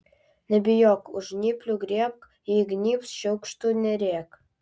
nebijok už žnyplių griebk jei įgnybs šiukštu nerėk